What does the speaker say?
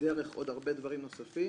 דרך עוד הרבה דברים נוספים.